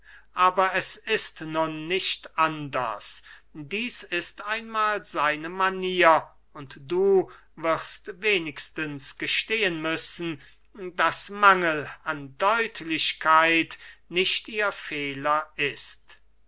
aber es ist nun nicht anders dieß ist einmahl seine manier und du wirst wenigstens gestehen müssen daß mangel an deutlichkeit nicht ihr fehler ist